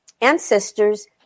ancestors